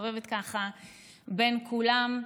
ומסתובבת בין כולם.